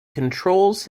controls